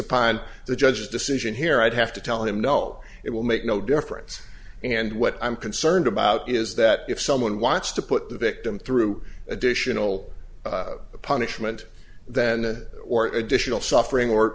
upon the judge's decision here i'd have to tell him no it will make no difference and what i'm concerned about is that if someone wants to put the victim through additional punishment than that or additional suffering or